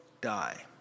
die